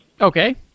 Okay